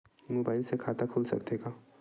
Mobile से खाता खुल सकथे का?